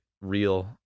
real